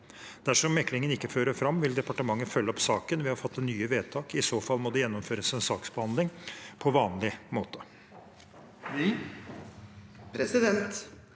Dersom meklingen ikke fører fram, vil departementet følge opp saken ved å fatte nye vedtak. I så fall må det gjennomføres en saksbehandling på vanlig måte. Kathy